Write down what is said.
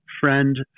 friend